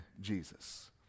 Jesus